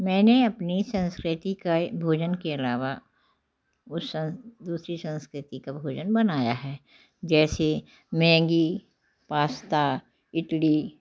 मैंने अपनी संस्कृतिकाय भोजन के अलावा उस दूसरी संस्कृति का भोजन बनाया है जैसे मैग्गी पास्ता इडली